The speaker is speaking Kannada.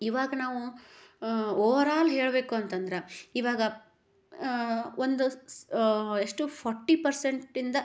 ಇವಾಗ ನಾವು ಓವರಾಲ್ ಹೇಳಬೇಕು ಅಂತಂದ್ರೆ ಇವಾಗ ಒಂದು ಸ ಎಷ್ಟು ಫಾರ್ಟಿ ಪೆರ್ಸೆಂಟಿಂದ